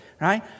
right